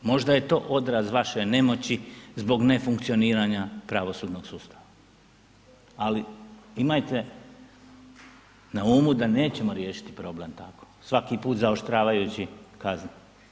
Možda je to odraz vaše nemoći zbog nefunkcioniranja pravosudnog sustava, ali imajte na umu da nećemo riješiti problem tako, svaki put zaoštravajući kazne.